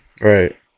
Right